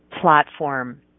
platform